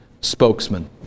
spokesman